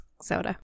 soda